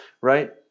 right